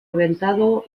reventado